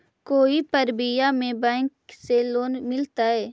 कोई परबिया में बैंक से लोन मिलतय?